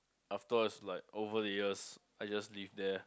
afterwards like over the years I just live there